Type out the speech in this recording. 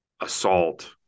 Assault